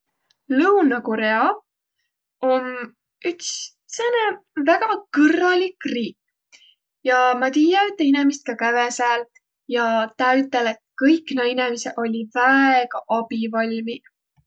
Lõuna-Korea om üts sääne väega kõrralik riik ja ma tiiä ütte inemist, kiä käve sääl, ja ta ütel', kõik naaq inemiseq olliq väega abivalmiq.